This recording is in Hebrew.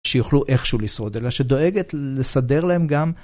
שיוכלו איכשהו לשרוד, אלא שדואגת לסדר להם גם.